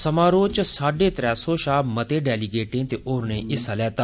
समारोह च साड्डे त्रै सौ शा मते डेलीगेटें ते होरने हिस्सा लैता